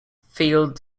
field